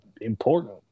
important